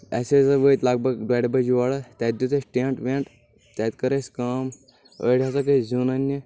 أسۍ ہسا وٲتۍ لگ بگ ڈۄڈِ بجہِ یورٕ تتہِ دِیُت اسہِ ٹینٹ وینٹ تتہِ کٔر اسہِ کٲم أڑۍ ہسا گے زیُن اننہِ